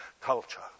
culture